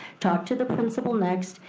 talk to the principal next,